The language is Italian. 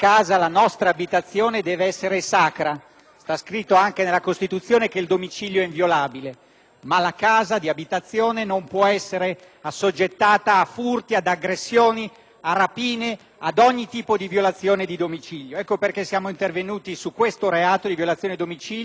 È scritto anche nella Costituzione che il domicilio è inviolabile e pertanto la propria abitazione non può essere assoggettata a furti, aggressioni, rapine e ad ogni tipo di violazione di domicilio. Per questo motivo siamo intervenuti su questo reato di violazione di domicilio introducendo un minimo edittale di sei mesi